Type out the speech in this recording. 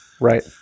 Right